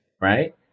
right